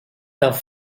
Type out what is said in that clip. tough